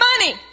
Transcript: money